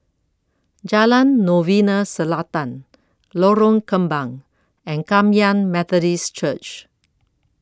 Jalan Novena Selatan Lorong Kembang and Kum Yan Methodist Church